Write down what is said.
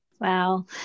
Wow